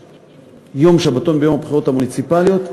יום שבתון ביום הבחירות המוניציפליות,